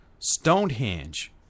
Stonehenge